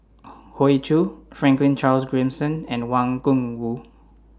Hoey Choo Franklin Charles Gimson and Wang Gungwu